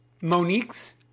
Monique's